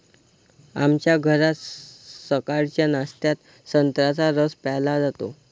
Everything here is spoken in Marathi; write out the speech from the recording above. आमच्या घरात सकाळच्या नाश्त्यात संत्र्याचा रस प्यायला जातो